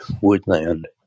woodland